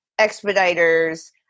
expediters